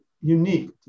unique